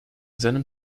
seinem